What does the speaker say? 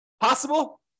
Possible